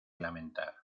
lamentar